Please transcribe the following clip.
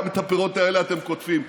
גם את הפירות האלה אתם קוטפים.